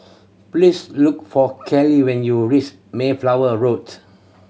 please look for Kellie when you reach Mayflower Road